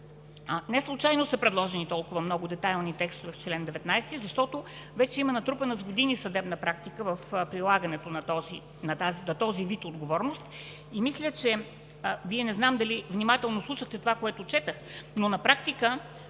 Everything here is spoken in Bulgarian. Неслучайно са предложени толкова много детайлни текстове в чл. 19, защото вече има натрупана с години съдебна практика в прилагането на този вид отговорност и мисля, че Вие – не знам дали внимателно слушахте това, което четох, но на практика